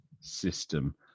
system